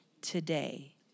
today